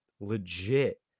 legit